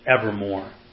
evermore